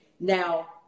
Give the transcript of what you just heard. now